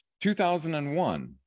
2001